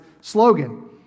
slogan